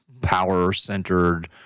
power-centered